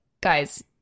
guys